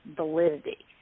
validity